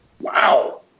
Wow